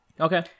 okay